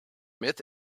myth